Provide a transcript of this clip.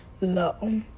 low